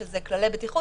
שאלו כללי בטיחות,